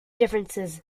differences